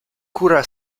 cura